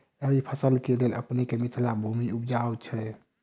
रबी फसल केँ लेल अपनेक मिथिला भूमि उपजाउ छै